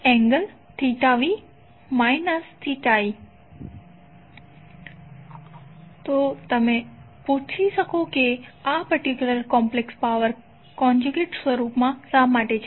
S12VIVrmsIrmsVrmsIrmsv i તો તમે પૂછી શકો છો કે આ પર્ટિક્યુલર કોમ્પ્લેક્સ પાવર કોન્ઝયુગેટ સ્વરૂપમાં શા માટે છે